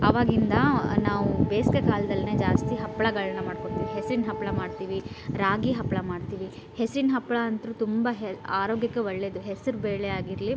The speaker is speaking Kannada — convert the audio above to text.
ಅವಾಗಿಂದ ನಾವು ಬೇಸಿಗೆ ಕಾಲ್ದಲ್ಲೀನೇ ಜಾಸ್ತಿ ಹಪ್ಪಳಗಳ್ನ ಮಾಡ್ಕೋತೀವಿ ಹೆಸರಿನ ಹಪ್ಪಳ ಮಾಡ್ತೀವಿ ರಾಗಿ ಹಪ್ಪಳ ಮಾಡ್ತೀವಿ ಹೆಸರಿನ ಹಪ್ಪಳ ಅಂತೂ ತುಂಬ ಹೆ ಆರೋಗ್ಯಕ್ಕೆ ಒಳ್ಳೇದು ಹೆಸ್ರು ಬೇಳೆ ಆಗಿರಲಿ